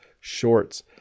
shorts